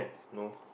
no